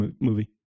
movie